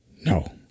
No